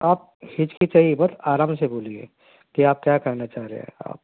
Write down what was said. آپ ہچکچائیے مت آرام سے بولیے کہ آپ کیا کہنا چاہ رہے ہیں آپ